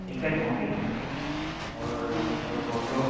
एक एक कॉपी और दो फोटो